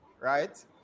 right